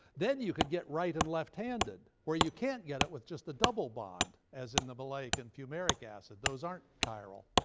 then you could get right and left-handed, where you can't get it with just a double bond, as in the maleic and fumaric acid. those aren't chiral,